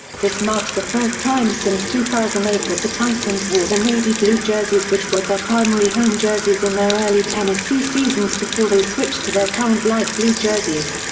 this marked the first time since two thousand and eight that the titans wore the navy blue jerseys which were their primary home jerseys in their early tennessee seasons before they switched to their current light blue jerseys.